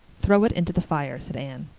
throw it into the fire, said anne.